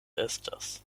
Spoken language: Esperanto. estas